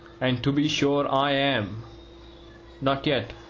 and to be sure i am not yet,